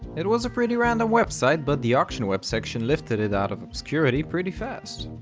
it was a pretty random website, but the auctionweb section lifted it out of obscurity pretty fast.